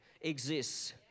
exists